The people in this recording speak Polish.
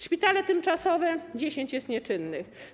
Szpitale tymczasowe - 10 jest nieczynnych.